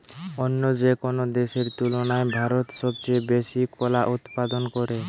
অন্য যেকোনো দেশের তুলনায় ভারত সবচেয়ে বেশি কলা উৎপাদন করে